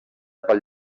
pel